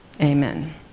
Amen